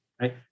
right